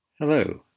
Hello